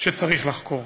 שצריך לחקור.